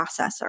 processor